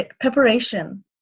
preparation